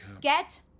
Get